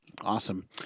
Awesome